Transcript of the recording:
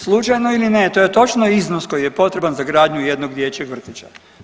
Slučajno ili ne to je točno iznos koji je potreban za gradnju jednog dječjeg vrtića.